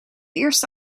eerste